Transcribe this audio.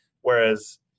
Whereas